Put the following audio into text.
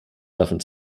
davon